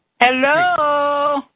Hello